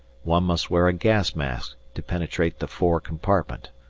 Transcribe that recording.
one must wear a gas mask to penetrate the fore compartment.